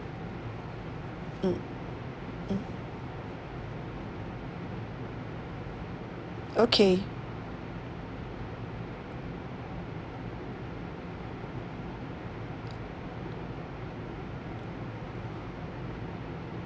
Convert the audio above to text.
mm mm okay